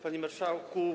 Panie Marszałku!